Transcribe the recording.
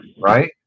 right